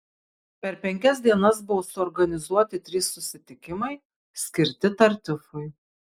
per penkias dienas buvo suorganizuoti trys susitikimai skirti tartiufui